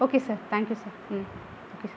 okay sir you sir hmm okay sir